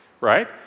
right